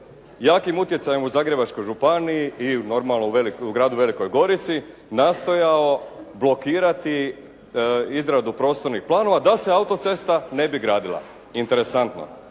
jakim utjecajem u Zagrebačkoj županiji i normalno u gradu Velikoj Gorici nastojao blokirati izradu prostornih planova, da se autocesta ne bi gradila. Interesantno.